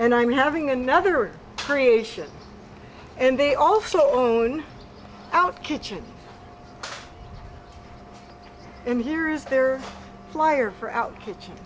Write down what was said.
and i'm having another creation and they also own out kitchen and here's their flyer for out kitchen